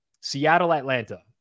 Seattle-Atlanta